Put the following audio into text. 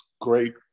great